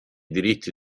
diritti